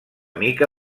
mica